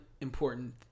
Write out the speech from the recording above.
important